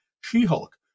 She-Hulk